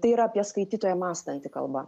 tai yra apie skaitytoją mąstanti kalba